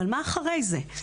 אבל מה אחרי זה?